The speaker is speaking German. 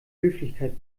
höflichkeit